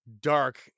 dark